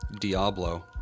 Diablo